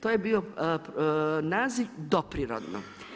To je bio naziv doprirodno.